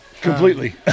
completely